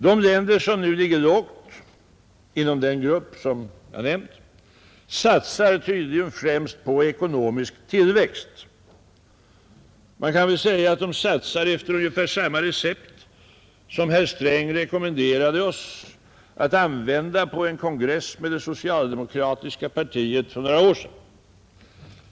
De länder som nu ligger lågt inom den grupp jag har nämnt satsar tydligen främst på ekonomisk tillväxt. Man kan väl säga att de satsar efter ungefär samma recept som herr Sträng på en kongress med det socialdemokratiska partiet för några år sedan rekommenderade oss att använda.